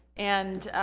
and